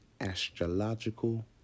astrological